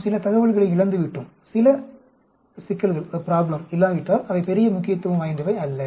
நாம் சில தகவல்களை இழந்துவிட்டோம் சில சிக்கல்கள் இல்லாவிட்டால் அவை பெரிய முக்கியத்துவம் வாய்ந்தவை அல்ல